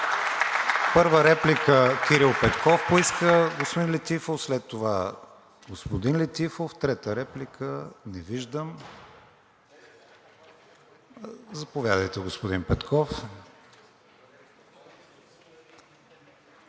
Първа реплика Кирил Петков поиска, господин Летифов, след това господин Летифов, трета реплика – не виждам. Заповядайте, господин Петков.